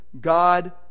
God